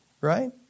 Right